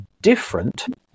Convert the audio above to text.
different